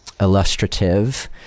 illustrative